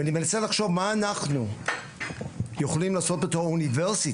ואני מנסה לחשוב מה אנחנו יכולים לעשות בתור אוניברסיטה.